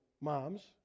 moms